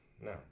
no